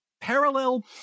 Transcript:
Parallel